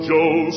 Joe